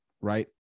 right